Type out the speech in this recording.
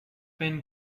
been